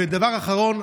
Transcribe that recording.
ודבר אחרון,